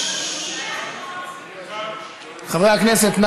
חברי הכנסת,